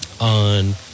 on